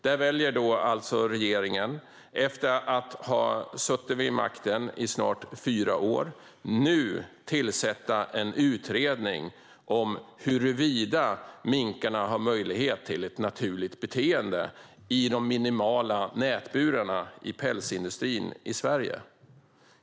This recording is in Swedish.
Där väljer regeringen, efter att ha suttit vid makten i snart fyra år, att nu tillsätta en utredning om huruvida minkarna har möjlighet till ett naturligt beteende i de minimala nätburarna i pälsindustrin i Sverige.